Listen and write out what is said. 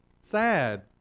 sad